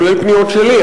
כולל פניות שלי,